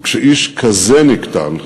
וכשאיש כזה נקטל,